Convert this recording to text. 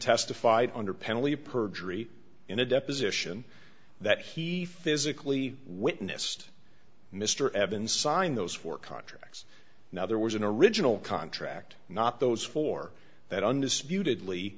testified under penalty of perjury in a deposition that he physically witnessed mr evans sign those four contracts now there was an original contract not those four that undisputed